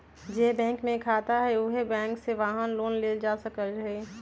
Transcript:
जे बैंक में खाता हए उहे बैंक से वाहन लोन लेल जा सकलई ह